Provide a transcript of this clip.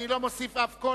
אני לא מוסיף אף קול,